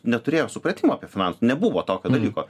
neturėjo supratimo apie finansus nebuvo tokio dalyko